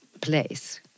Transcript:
place